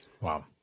Wow